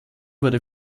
wurde